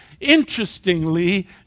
Interestingly